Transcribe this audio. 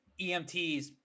EMTs